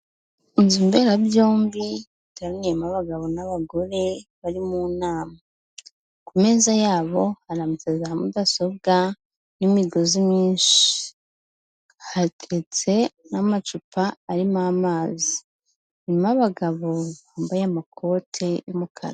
Inzu mberabyombi iteraniyemo abagabo n'abagore bari mu nama, ku meza yabo harambitse za mudasobwa n'imigozi myinshi, hateretse n'amacupa arimo amazi harimo abagabo bambaye amakoti y'umukara.